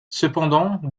cependant